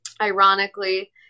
Ironically